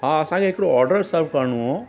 हा असांखे हिकिड़ो ऑडर सर्व करिणो हो